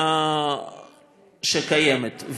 שקיימת,